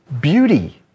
beauty